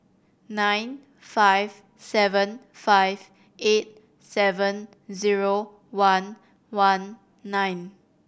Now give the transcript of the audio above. nine five seven five eight seven zero one one nine